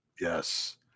yes